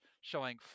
Showing